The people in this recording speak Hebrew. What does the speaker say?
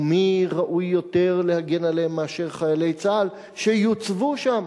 ומי ראוי יותר להגן עליהן מאשר חיילי צה"ל שיוצבו שם?